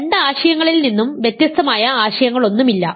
രണ്ട് ആശയങ്ങളിൽ നിന്നും വ്യത്യസ്തമായ ആശയങ്ങളൊന്നുമില്ല